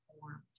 formed